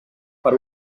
per